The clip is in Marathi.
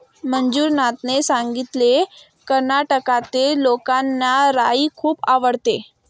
मंजुनाथने सांगितले, कर्नाटकातील लोकांना राई खूप आवडते